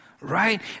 right